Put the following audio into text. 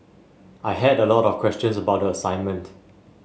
I had a lot of questions about the assignment